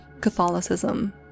Catholicism